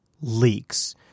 leaks